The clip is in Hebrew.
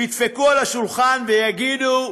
ידפקו על השולחן ויגידו: